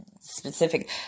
specific